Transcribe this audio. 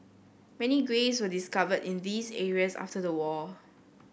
many graves were discovered in these areas after the war